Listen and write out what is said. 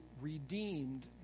redeemed